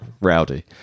rowdy